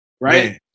right